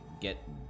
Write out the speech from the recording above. get